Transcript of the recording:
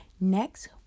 Next